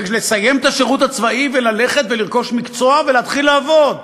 ולסיים את השירות הצבאי וללכת ולרכוש מקצוע ולהתחיל לעבוד.